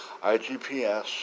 IGPS